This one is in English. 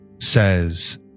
says